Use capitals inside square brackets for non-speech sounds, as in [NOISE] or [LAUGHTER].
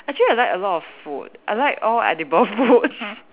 actually I like a lot of food I like all edible food [LAUGHS]